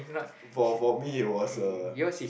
for for me was a